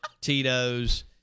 tito's